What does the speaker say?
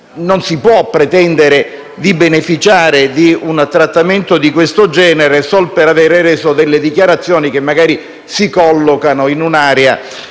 non si può pretendere di beneficiare di un trattamento di questo genere solo per aver reso delle dichiarazioni che magari si collocano in un'area